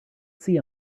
see